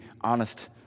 honest